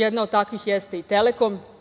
Jedna od takvih jeste i „Telekom“